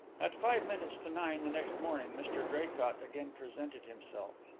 at five minutes to nine the next morning mr draycott again presented himself.